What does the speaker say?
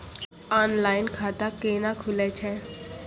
Online खाता केना खुलै छै?